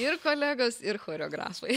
ir kolegos ir choreografai